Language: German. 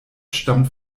stammt